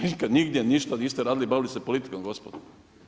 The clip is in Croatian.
Nikad nigdje ništa niste radili, bavili se politikom, gospodom.